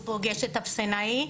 הוא פוגש את האפסנאי,